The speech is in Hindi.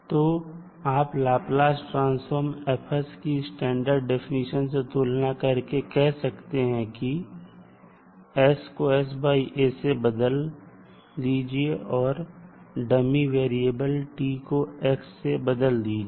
तो आप लाप्लास ट्रांसफॉर्म F की स्टैंडर्ड डेफिनिशन से तुलना करके कह सकते हैं कि s को sa से बदल दीजिए और डमी वेरिएबल t को x से बदल दीजिए